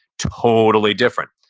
totally different.